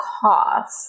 cost